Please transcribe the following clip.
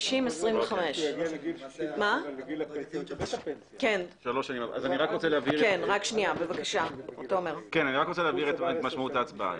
50, 25. אני רוצה להבהיר את משמעות ההצבעה.